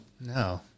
No